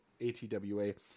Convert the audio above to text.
ATWA